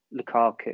Lukaku